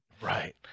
Right